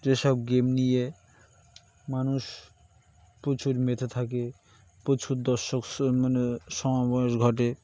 যেসব গেম নিয়ে মানুষ প্রচুর মেতে থাকে প্রচুর দর্শক মানে সময়ের ঘটে